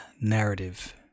narrative